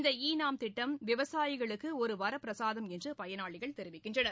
இந்த e NAM திட்டம் விவசாயிகளுக்கு ஒரு வரப்பிரசாதம் என்று பயனாளிகள் தெரிவிக்கின்றனர்